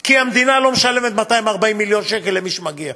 כי המדינה לא משלמת 240 מיליון שקל למי שמגיע.